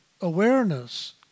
awareness